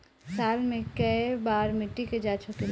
साल मे केए बार मिट्टी के जाँच होखेला?